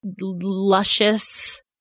luscious